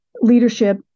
leadership